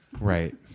Right